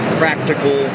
practical